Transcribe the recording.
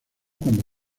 cuando